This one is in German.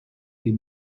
die